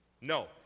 No